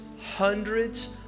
hundreds